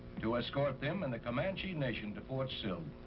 to escort them and the comanche nation to fort sill.